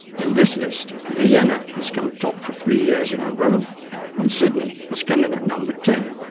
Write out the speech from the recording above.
in this list vienna has come top for three years in a row and sydney has come in at number ten,